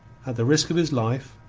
at the risk of his life,